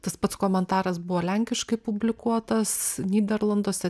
tas pats komentaras buvo lenkiškai publikuotas nyderlanduose